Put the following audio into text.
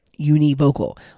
Univocal